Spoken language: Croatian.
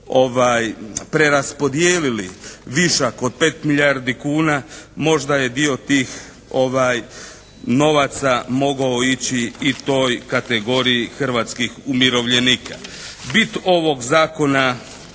preraspodjelili višak od 5 milijardi kuna, možda je dio tih novaca mogao ići i toj kategoriji hrvatskih umirovljenika. Bit ovog Zakona